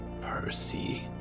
Percy